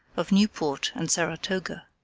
of newport and saratoga.